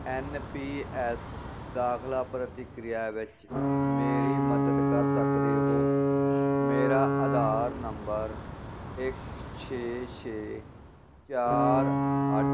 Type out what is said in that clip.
N P S ਦਾਖਲਾ ਪ੍ਰਤੀਕਿਰਿਆ ਵਿੱਚ ਮੇਰੀ ਮਦਦ ਕਰ ਸਕਦੇ ਹੋ ਮੇਰਾ ਆਧਾਰ ਨੰਬਰ ਇੱਕ ਛੇ ਛੇ ਚਾਰ ਅੱਠ